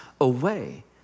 away